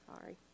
sorry